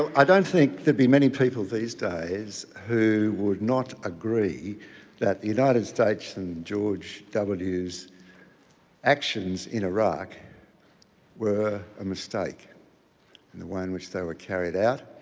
i don't think there'd be many people these days who would not agree that the united states and george w's actions in iraq were a mistake in the way in which they were carried out.